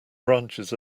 branches